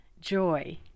joy